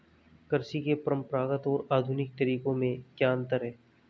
कृषि के परंपरागत और आधुनिक तरीकों में क्या अंतर है?